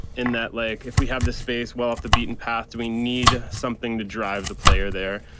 in that, like, if we have this space well off the beaten path, do we need something to drive the player there?